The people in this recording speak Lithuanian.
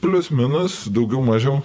plius minus daugiau mažiau